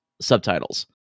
subtitles